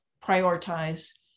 prioritize